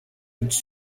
its